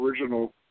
original